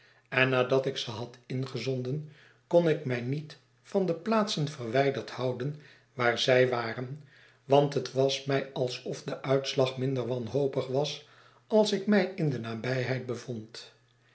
en nadatik ze had ingezonden kon ik mi niet van de plaatsen verwijderd houden waar zij waren want het was mij alsof de uitslag minder wanhopig was als ik mij in de nabijheid bevond